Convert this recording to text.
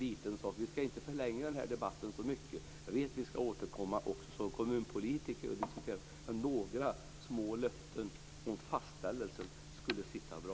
Jag skall inte förlänga debatten så mycket mer, för vi återkommer till detta också i kommunpolitiken. Men några små löften om fastställelse skulle sitta bra.